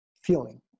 feeling